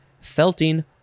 felting